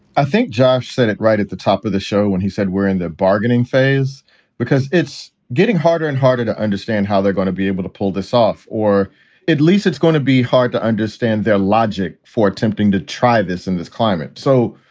i think josh sennett right at the top of the show when he said we're in the bargaining phase because it's getting harder and harder to understand how they're going to be able to pull this off. or at least it's gonna be hard to understand their logic for attempting to try this in this climate. so,